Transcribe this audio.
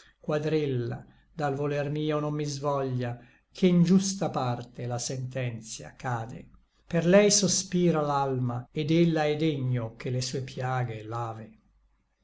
quadrella dal voler mio non mi svoglia ché n giusta parte la sententia cade per lei sospira l'alma et ella è degno che le sue piaghe lave